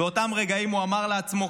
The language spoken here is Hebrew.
באותם רגעים הוא אמר לעצמו,